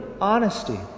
honesty